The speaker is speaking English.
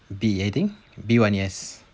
B one yes